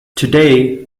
today